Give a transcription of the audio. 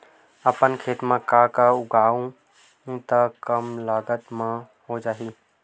अपन खेत म का का उगांहु त कम लागत म हो जाही?